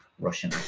Russian